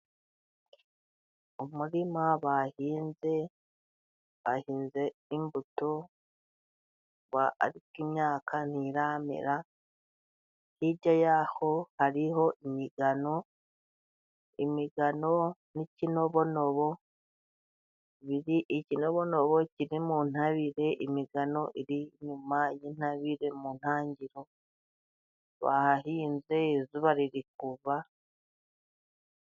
Umurima bahinze hahinze imbuto ariko imyaka ntiramera, hirya yaho hariho imigano imigano n'ikinobonobo ikinobonobo kiri mu ntabire, imigano iri inyuma y'intabire mu ntangiriro bahahinze izuba riri kuva.